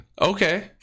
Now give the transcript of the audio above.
Okay